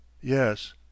yes